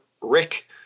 Rick